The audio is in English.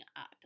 up